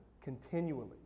continually